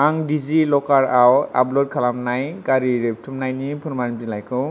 आं डिजिलकाराव आपल'ड खालामनाय गारि रेबथुमनायनि फोरमान बिलाइखौ